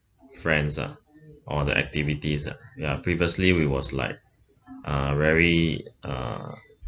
friends lah or the activities lah ya previously we was like uh very uh